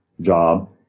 job